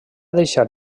deixar